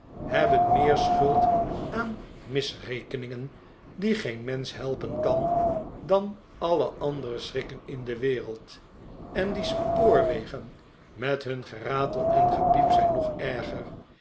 hebben meer schuld aan misrekeningen die geen mensch helpen kan dan alle andere schrikken in de wereld en die spoorwegen met hun geratel en gepiep zijn nog erger